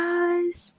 eyes